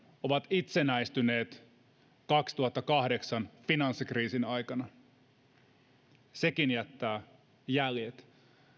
ovat itsenäistyneet vuoden kaksituhattakahdeksan finanssikriisin aikana ja sekin jättää jäljet